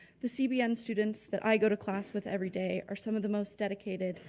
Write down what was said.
the cbn students that i go to class with everyday are some of the most dedicated,